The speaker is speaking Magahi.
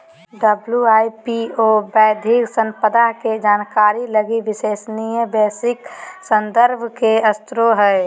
डब्ल्यू.आई.पी.ओ बौद्धिक संपदा के जानकारी लगी विश्वसनीय वैश्विक संदर्भ के स्रोत हइ